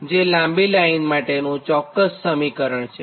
જે લાંબી લાઇન માટેનાં ચોક્ક્સ સમીકરણ છે